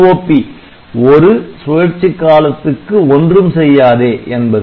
NOP ஒரு சுழற்சி காலத்துக்கு ஒன்றும் செய்யாதே என்பது